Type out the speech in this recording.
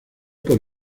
por